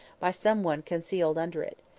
by some one concealed under it.